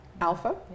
Alpha